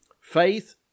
Faith